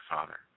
Father